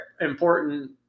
important